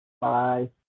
bye